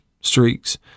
streaks